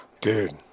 Dude